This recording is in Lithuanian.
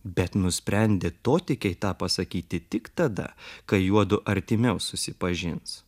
bet nusprendė totikei tą pasakyti tik tada kai juodu artimiau susipažins